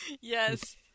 Yes